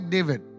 David